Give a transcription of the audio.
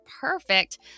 perfect